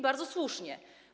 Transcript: Bardzo słusznie.